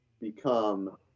become